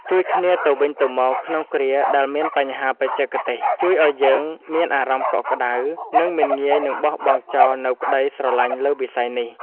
ជួយគ្នាទៅវិញទៅមកក្នុងគ្រាដែលមានបញ្ហាបច្ចេកទេសជួយឱ្យយើងមានអារម្មណ៍កក់ក្តៅ និង មិនងាយនឹងបោះបង់ចោលនូវក្តីស្រឡាញ់លើវិស័យនេះ។